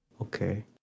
okay